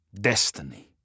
destiny